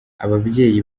ababyeyi